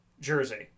jersey